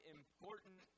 important